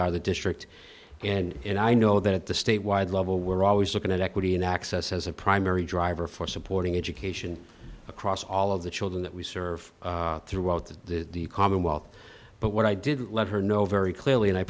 are the district and i know that at the statewide level we're always looking at equity and access as a primary driver for supporting education across all of the children that we serve throughout the commonwealth but what i did let her know very clearly and i